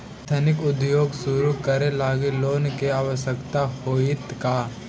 Ethnic उद्योग शुरू करे लगी लोन के आवश्यकता होतइ का?